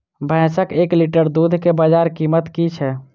भैंसक एक लीटर दुध केँ बजार कीमत की छै?